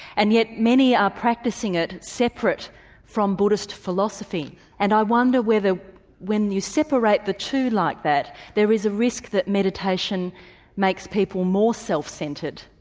and yet many are practicing it separate from buddhist philosophy and i wonder whether when you separate the two like that there is a risk that meditation makes people more self centred,